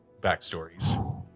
backstories